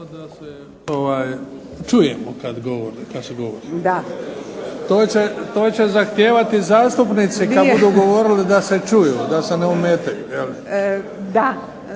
da se čujemo kad se govori. To će zahtijevati zastupnici kad budu govorili da se čuju, da se ne ometaju.